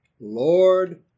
Lord